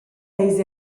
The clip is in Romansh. eis